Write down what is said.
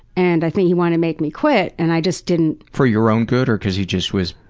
and i think he wanted to make me quit and i just didn't. for your own good or because he just was,